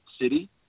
city